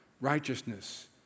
righteousness